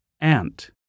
Ant